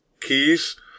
keys